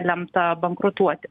lemta bankrutuoti